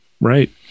Right